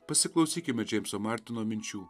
pasiklausykime džeimso martino minčių